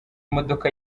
modoka